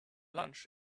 lunch